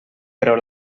però